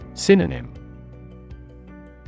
Synonym